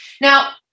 Now